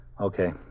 Okay